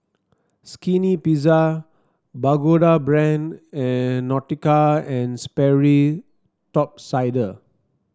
Skinny Pizza Pagoda Brand and Nautica And Sperry Top Sider